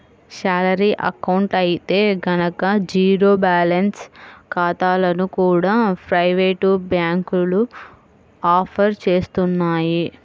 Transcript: salary account అయితే గనక zero balance ఖాతాలను కూడా ప్రైవేటు బ్యాంకులు ఆఫర్ చేస్తున్నాయి